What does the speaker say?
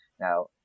now